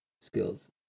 skills